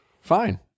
fine